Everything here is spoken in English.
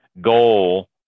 goal